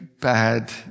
bad